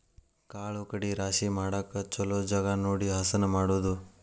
ಕಾಳು ಕಡಿ ರಾಶಿ ಮಾಡಾಕ ಚುಲೊ ಜಗಾ ನೋಡಿ ಹಸನ ಮಾಡುದು